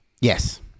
Yes